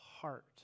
heart